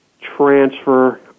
transfer